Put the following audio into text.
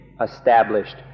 established